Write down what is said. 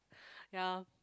ya